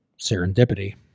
serendipity